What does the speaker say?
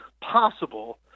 possible